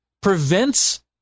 prevents